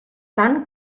tant